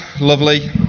lovely